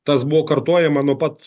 tas buvo kartojama nuo pat